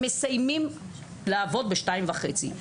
הם מסיימים לעבוד ב-14:30.